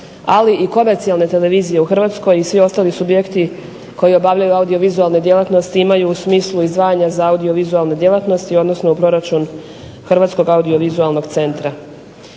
ali i komercijalne televizije u Hrvatskoj ali i ostali subjekti koji obavljaju audiovizualne djelatnosti imaju u smislu i zvanja za audiovizualne djelatnosti, odnosno u proračun Hrvatskoj audiovizualnog centra.